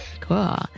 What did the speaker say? Cool